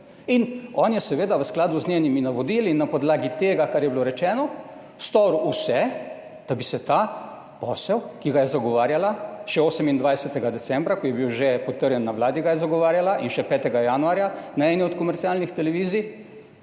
In on je seveda v skladu z njenimi navodili na podlagi tega kar je bilo rečeno, storil vse, da bi se ta posel, ki ga je zagovarjala, še 28. decembra, ko je bil že potrjen na Vladi, ga je zagovarjala, in še 5. januarja na eni od komercialnih televizij,